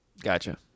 Gotcha